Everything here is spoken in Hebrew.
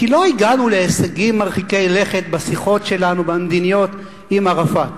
כי לא הגענו להישגים מרחיקי לכת בשיחות המדיניות שלנו עם ערפאת.